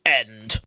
end